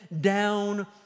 down